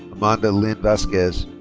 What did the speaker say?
amanda lynn vasquez.